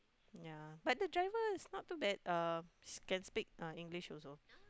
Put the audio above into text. ya but the driver is not too bad um can speak uh English also